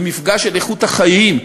מפגע של איכות חיים.